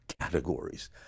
categories